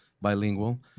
bilingual